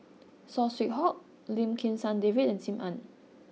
Saw Swee Hock Lim Kim San David and Sim Ann